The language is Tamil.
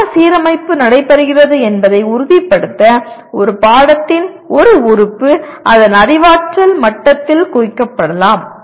சரியான சீரமைப்பு நடைபெறுகிறது என்பதை உறுதிப்படுத்த ஒரு பாடத்தின் ஒரு உறுப்பு அதன் அறிவாற்றல் மட்டத்தால் குறிக்கப்படலாம்